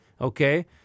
Okay